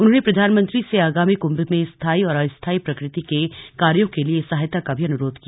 उन्होंने प्रधानमंत्री से आगामी कुम्भ में स्थाई और अस्थाई प्रकृति के कार्यों के लिए सहायता का भी अनुरोध किया